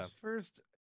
first